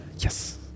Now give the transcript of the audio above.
Yes